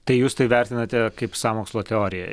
tai jūs tai vertinate kaip sąmokslo teoriją